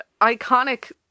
iconic